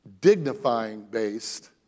dignifying-based